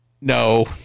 No